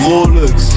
Rolex